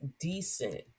decent